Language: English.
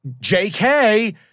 JK